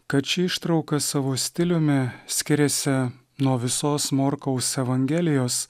kad ši ištrauka savo stiliumi skiriasi nuo visos morkaus evangelijos